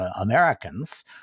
Americans